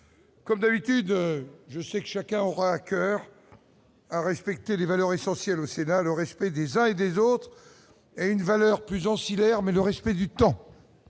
comme d'habitude, je sais que chacun aura à coeur à respecter les valeurs essentielles au Sénat, le respect des uns et des autres et une valeur plus en Lhermet mais le respect du temps,